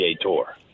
Tour